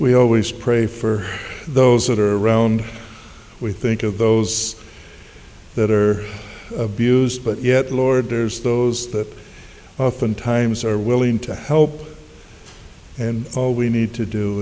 we always pray for those that are around we think of those that are abused but yet lord there's those that oftentimes are willing to help and all we need to do